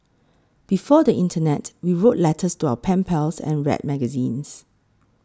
before the internet we wrote letters to our pen pals and read magazines